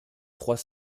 trois